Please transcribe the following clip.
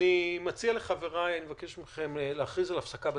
אני מבקש מכם להכריז על הפסקה בדיון.